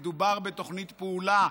מדובר בתוכנית פעולה,